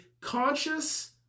conscious